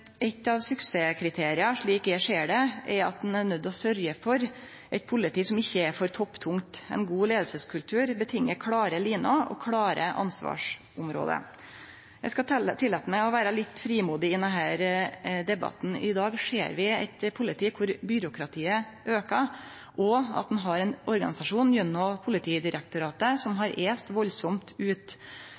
av suksesskriteria, slik eg ser det, er å sørgje for eit politi som ikkje er for topptungt. Ein god leiingskultur føreset klare linjer og klare ansvarsområde. Eg skal tillate meg å vere litt frimodig i denne debatten. I dag ser vi eit politi der byråkratiet aukar, og at ein har ein organisasjon gjennom Politidirektoratet som har est veldig ut.